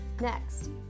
Next